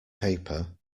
paper